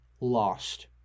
lost